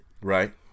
Right